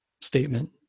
statement